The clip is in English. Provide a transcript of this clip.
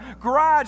garage